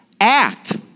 act